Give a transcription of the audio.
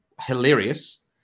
hilarious